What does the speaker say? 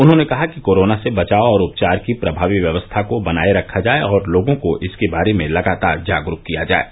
उन्होंने कहा कि कोरोना से बचाव और उपचार की प्रभावी व्यवस्था को बनाये रखा जाये और लोगों को इसके बारे में लगातार जागरूक किया जाये